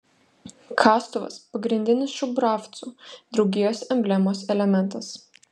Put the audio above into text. kastuvas pagrindinis šubravcų draugijos emblemos elementas